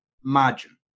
margin